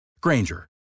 Granger